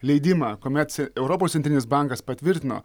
leidimą kuomet ce europos centrinis bankas patvirtino